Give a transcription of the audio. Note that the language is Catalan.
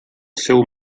seu